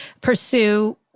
pursue